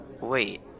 Wait